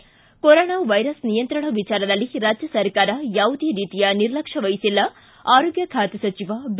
ಿ corona virus ನಿಯಂತ್ರಣ ವಿಚಾರದಲ್ಲಿ ರಾಜ್ಜ ಸರ್ಕಾರ ಯಾವುದೇ ರೀತಿಯ ನಿರ್ಲಕ್ಷ್ಯ ವಹಿಸಿಲ್ಲ ಆರೋಗ್ಡ ಖಾತೆ ಸಚಿವ ಬಿ